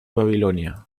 babilonia